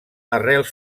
arrels